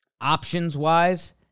options-wise